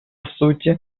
сути